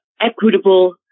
equitable